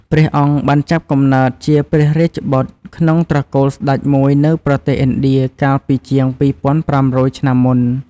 ព្រះអង្គបានចាប់កំណើតជាព្រះរាជបុត្រក្នុងត្រកូលស្ដេចមួយនៅប្រទេសឥណ្ឌាកាលពីជាង ២៥០០ ឆ្នាំមុន។